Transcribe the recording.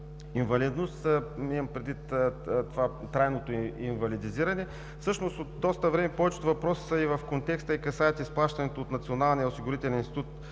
инвалидност, имам предвид трайното инвалидизиране. Всъщност от доста време повечето въпроси са в контекста и касаят изплащаните от Националния осигурителен институт